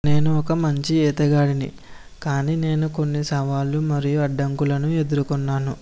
నేను ఒక మంచి ఈతగాడిని కాని నేను కొన్ని సవాళ్లు మరియు అడ్డంకులను ఎదురుకున్నాను